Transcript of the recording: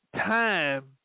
time